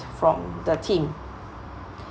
from the team